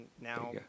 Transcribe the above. Now